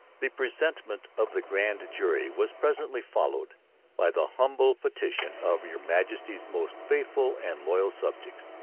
the presentment of the grand jury was presently followed by the humble petition of your majesty's most faithful and loyal subjects,